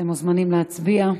אתם מוזמנים להצביע.